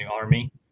Army